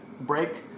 break